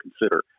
consider